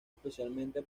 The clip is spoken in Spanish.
especialmente